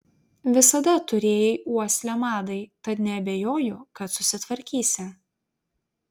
visada turėjai uoslę madai tad neabejoju kad susitvarkysi